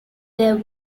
there